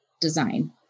design